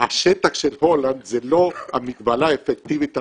השטח של הולנד זה לא המגבלה האפקטיבית עליו,